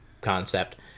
concept